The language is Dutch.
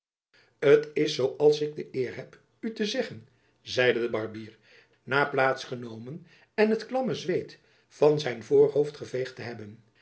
t is zoo als ik de eer heb u te zeggen zeide de barbier na plaats genomen en het klamme zweet van zijn voorhoofd geveegd te hebben